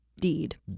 deed